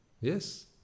Yes